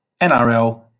NRL